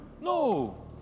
No